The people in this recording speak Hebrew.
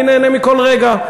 אני נהנה מכל רגע.